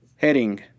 Heading